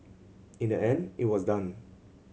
in the end it was done